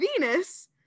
Venus